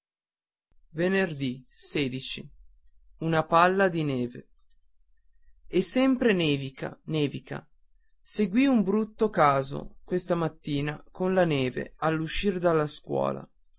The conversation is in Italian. una palla di neve sempre nevica nevica seguì un brutto caso questa mattina con la neve all'uscir dalla scuola